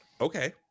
Okay